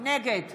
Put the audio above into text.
נגד